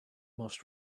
most